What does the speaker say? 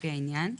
לפי העניין,